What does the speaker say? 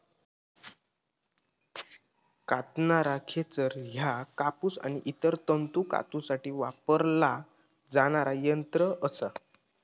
कातणारा खेचर ह्या कापूस आणि इतर तंतू कातूसाठी वापरला जाणारा यंत्र असा